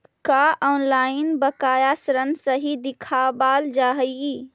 का ऑनलाइन बकाया ऋण सही दिखावाल जा हई